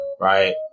right